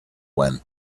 when